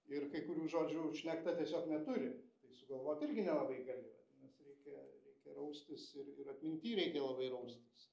ir kai kurių žodžių šnekta tiesiog neturi tai sugalvot irgi nelabai gali vadinas reikia reikia raustis ir ir atminty reikia labai raustis